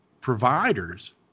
providers